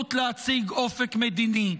נכונות להציג אופק מדיני.